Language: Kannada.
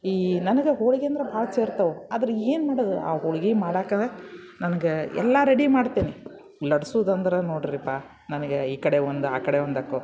ಈ ನನ್ಗ ಹೋಳ್ಗೆ ಅಂದ್ರೆ ಭಾಳ ಸೇರ್ತವೆ ಆದ್ರೆ ಏನು ಮಾಡೋದು ಆ ಹೋಳ್ಗೆ ಮಾಡಕ್ಕ ನನ್ಗೆ ಎಲ್ಲ ರೆಡಿ ಮಾಡ್ತೀನಿ ಲಟ್ಸೋದಂದ್ರೆ ನೋಡಿರಿಪ್ಪ ನನಗೆ ಈ ಕಡೆ ಒಂದು ಆ ಕಡೆ ಒಂದಕ್ಕೊ